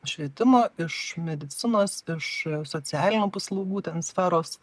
švietimo iš medicinos iš socialinių paslaugų ten sferos